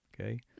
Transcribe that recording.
Okay